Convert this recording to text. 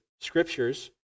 scriptures